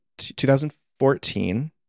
2014